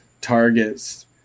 targets